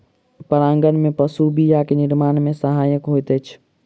परागन में पशु बीया के निर्माण में सहायक होइत अछि